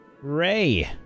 Ray